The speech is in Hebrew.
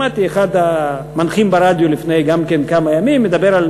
שמעתי את אחד המנחים ברדיו לפני כמה ימים מדבר,